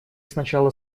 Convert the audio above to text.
сначала